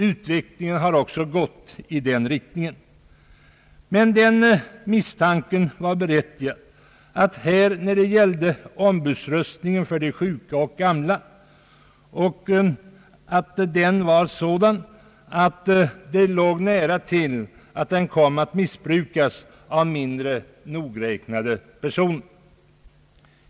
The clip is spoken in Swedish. Utvecklingen har också gått i den riktningen. Men den misstanken var berättigad, att ombudsröstningen för de sjuka och gamla var sådan att det låg nära till att den kom att missbrukas av mindre nogräknade personer.